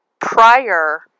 prior